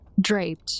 draped